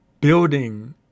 building